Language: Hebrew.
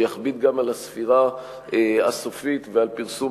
שיכביד גם על הספירה הסופית ועל פרסום